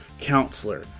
Counselor